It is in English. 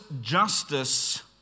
justice